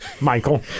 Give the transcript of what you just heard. Michael